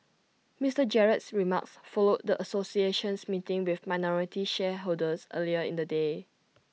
Mister Gerald's remarks followed the association's meeting with minority shareholders earlier in the day